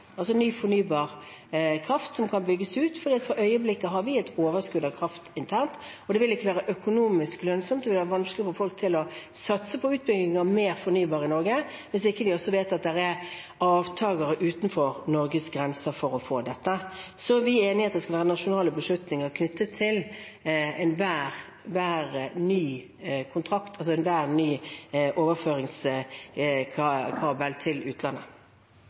altså ny fornybar kraft som kan bygges ut. For øyeblikket har vi et overskudd av kraft internt, og det vil ikke være økonomisk lønnsomt, og det vil være vanskelig å få folk til å satse på utbygging av mer fornybar i Norge, hvis vi ikke også vet at det er avtaler utenfor Norges grenser for å få dette. Så vi er enig i at det skal være nasjonale beslutninger knyttet til enhver ny kontrakt, altså enhver ny overføringskabel til utlandet.